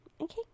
okay